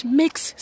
makes